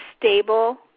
stable